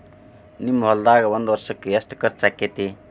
ನಿಮ್ಮ ಹೊಲ್ದಾಗ ಒಂದ್ ವರ್ಷಕ್ಕ ಎಷ್ಟ ಖರ್ಚ್ ಆಕ್ಕೆತಿ?